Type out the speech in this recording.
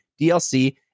DLC